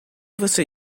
você